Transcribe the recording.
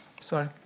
Sorry